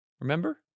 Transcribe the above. Remember